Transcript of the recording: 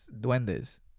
Duendes